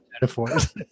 metaphors